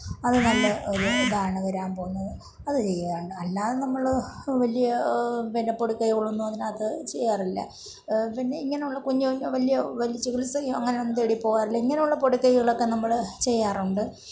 അത് നല്ല ഒരു ഇതാണ് വരാൻ പോവുന്നത് അത് ചെയ്യുവാണ് അല്ലാതെ നമ്മൾ വലിയ പിന്നെ പൊടിക്കൈകളൊന്നും അതിനകത്ത് ചെയ്യാറില്ല പിന്നെ ഇങ്ങനെയുള്ള കുഞ്ഞു കുഞ്ഞു വലിയ ചികിത്സ ഒന്നും അങ്ങനെ തേടി പോവാറില്ല ഇങ്ങനെയുള്ള പൊടിക്കൈകളൊക്കെ നമ്മൾ ചെയ്യാറുണ്ട്